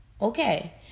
okay